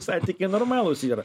santykiai normalūs yra